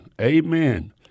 Amen